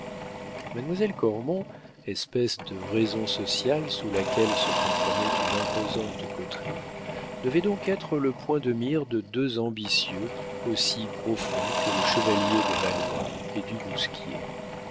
mademoiselle cormon espèce de raison sociale sous laquelle se comprenait une imposante coterie devait donc être le point de mire de deux ambitieux aussi profonds que le chevalier de valois et du